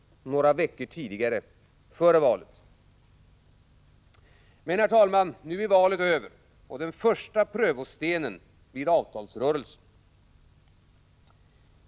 Några veckor tidigare, före valet. Men, herr talman, nu är valet över, och den första prövostenen blir avtalsrörelsen.